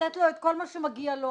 לתת לו את כל מה שמגיע לו.